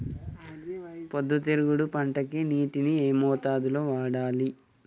పొద్దుతిరుగుడు పంటకి నీటిని ఏ మోతాదు లో వాడాలి?